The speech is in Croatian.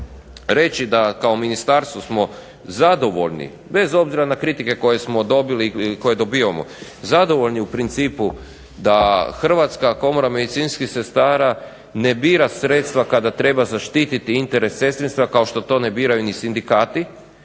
reći da kao ministarstvo smo zadovoljni bez obzira na kritike koje smo dobili i koje dobivamo, zadovoljni u principu da Hrvatska komora medicinskih sestara ne bira sredstva kada treba zaštiti interes sestrinstva kao što to ne biraju ni sindikati.